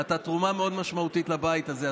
ואתה תרומה מאוד משמעותית לבית הזה.